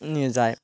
নিয়ে যায়